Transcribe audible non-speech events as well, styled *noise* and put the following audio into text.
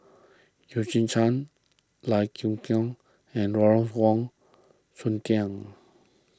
Eugene Chen Lai Kew *unintelligible* and Lawrence Wong Shyun *unintelligible*